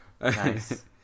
nice